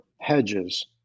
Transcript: hedges